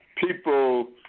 people